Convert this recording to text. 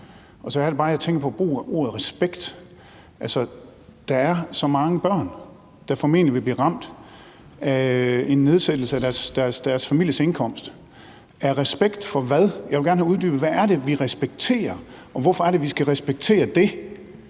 Og så er det bare, at jeg tænker på brugen af ordet respekt. Altså, der er så mange børn, der vil blive ramt af en nedsættelse af deres families indkomst, så af respekt for hvad? Jeg vil gerne have uddybet: Hvad er det, vi respekterer? Og hvorfor er det, at vi skal respektere dét,